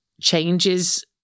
changes